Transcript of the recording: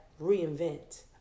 reinvent